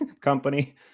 company